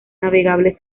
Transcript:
navegable